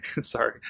Sorry